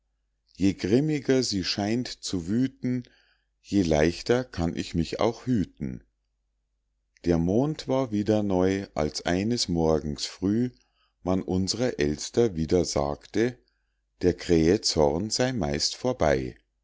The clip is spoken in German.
je grimmiger sie scheint zu wüthen je leichter kann ich mich auch hüten der mond war wieder neu als eines morgens früh man uns'rer elster wieder sagte der krähe zorn sey meist vorbei